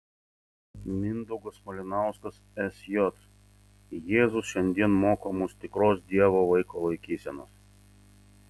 mindaugas malinauskas sj jėzus šiandien moko mus tikros deivo vaiko laikysenos